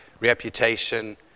reputation